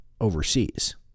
overseas